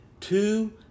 two